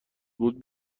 بود